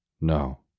no